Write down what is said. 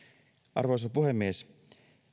arvoisa puhemies